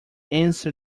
answer